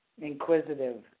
inquisitive